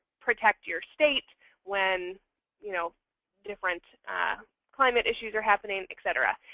protect your state when you know different climate issues are happening, etc.